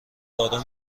آروم